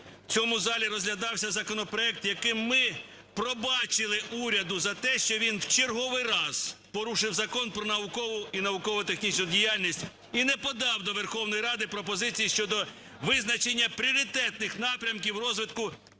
в цьому залі розглядався законопроект, яким ми пробачили уряду за те, що він в черговий раз порушив Закон "Про наукову і науково-технічну діяльність" і не подав до Верховної Ради пропозиції щодо визначення пріоритетних напрямків розвитку,